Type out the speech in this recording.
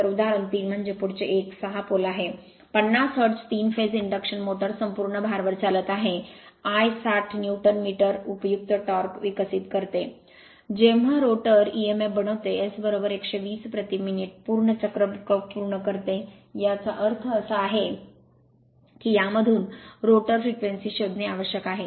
तर उदाहरण 3 म्हणजे पुढचे एक 6 पोल आहे 50 हर्ट्ज 3 फेज इंडक्शन मोटर संपूर्ण भारवर चालत आहे l 60 न्यूटन मीटर उपयुक्त टॉर्क विकसित करते जेव्हा रोटर emf बनवते S120 प्रति मिनिट पूर्ण चक्र पूर्ण करते याचा अर्थ असा आहे की यामधून रोटर फ्रेक्वेन्सी शोधणे आवश्यक आहे